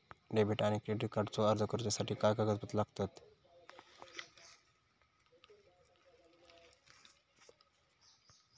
Debit आणि credit कार्डचो अर्ज करुच्यासाठी काय कागदपत्र लागतत?